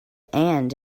and